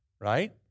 right